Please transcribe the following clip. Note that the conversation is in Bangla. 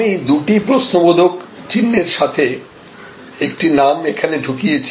আমি দুটো প্রশ্নবোধক চিহ্নের সাথে একটি নাম এখানে ঢুকিয়েছি